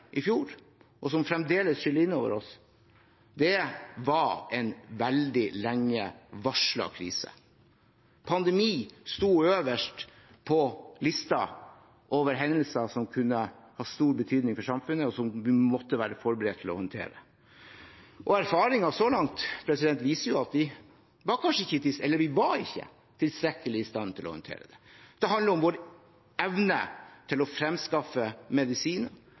i fjor, og som fremdeles skyller inn over oss, var en veldig lenge varslet krise. Pandemi sto øverst på listen over hendelser som kunne ha stor betydning for samfunnet, og som vi måtte være forberedt på å håndtere. Erfaringen så langt viser at vi ikke var tilstrekkelig i stand til å håndtere det. Det handler om vår evne til å fremskaffe medisiner,